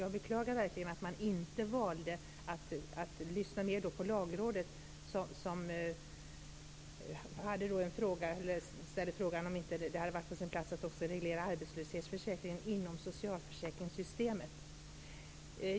Jag beklagar verkligen att man inte valde att lyssna mer på lagrådet, som ställde frågan om det inte hade varit på sin plats att också reglera arbetslöshetsförsäkringen inom socialförsäkringssystemet.